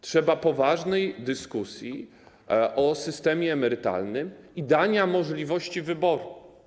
Trzeba poważnej dyskusji o systemie emerytalnym i o daniu możliwości wyboru.